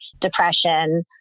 depression